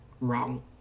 wrong